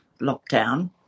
lockdown